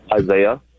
Isaiah